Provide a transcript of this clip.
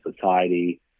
society